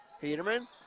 Peterman